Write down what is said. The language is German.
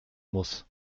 muss